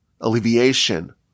alleviation